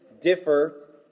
differ